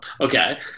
Okay